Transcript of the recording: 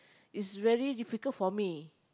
is really difficult for me